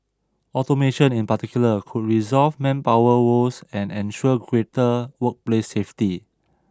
automation in particular could resolve manpower woes and ensure greater workplace safety